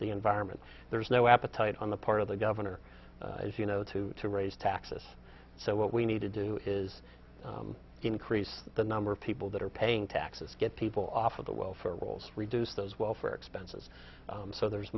the environment there's no appetite on the part of the governor as you know to to raise taxes so what we need to do is increase the number of people that are paying taxes get people off of the welfare rolls reduce those welfare expenses so there's